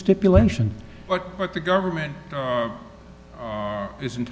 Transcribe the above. stipulation that the government isn't